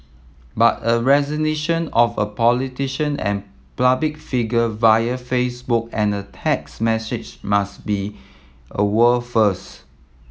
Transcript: but a of a politician and public figure via Facebook and a text message must be a world first